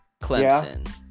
Clemson